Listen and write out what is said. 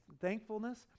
thankfulness